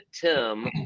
Tim